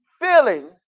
feeling